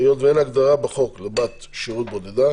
היות שאין הגדרה בחוק לבת שירות בודדה